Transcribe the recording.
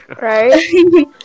Right